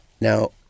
Now